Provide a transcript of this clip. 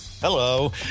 Hello